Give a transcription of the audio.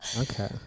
okay